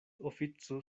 ofico